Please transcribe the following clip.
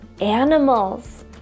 animals